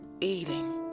eating